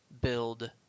build